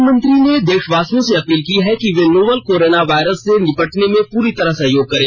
प्रधानमंत्री ने देशवासियों से अपील की है कि वे नोवेल कोरोना वायरस से निपटने में पूरी तरह सहयोग करें